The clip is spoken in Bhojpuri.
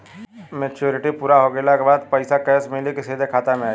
मेचूरिटि पूरा हो गइला के बाद पईसा कैश मिली की सीधे खाता में आई?